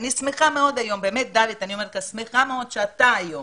אני שמחה מאוד שאתה היום